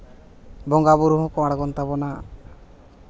ᱵᱚᱸᱜᱟᱼᱵᱩᱨᱩ ᱦᱚᱸᱠᱚ ᱟᱬᱜᱚᱱ ᱛᱟᱵᱚᱱᱟ